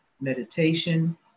meditation